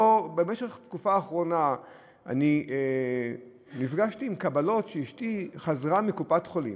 בתקופה האחרונה נפגשתי עם קבלות כשאשתי חזרה מקופת-חולים,